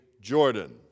Jordan